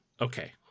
Okay